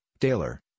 Taylor